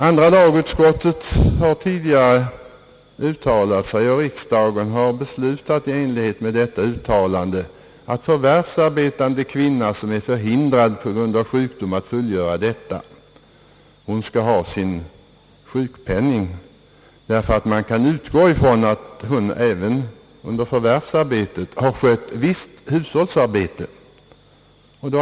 Andra lagutskottet har tidigare uttalat sig och riksdagen har beslutat i enlighet med detta uttalande, att förvärvsarbetande kvinna, som på grund av sjukdom är förhindrad att fullgöra sitt arbete, skall ha sin sjukpenning, därför att man kan utgå ifrån att hon även under förvärvsarbetet har skött visst hushållsarbete.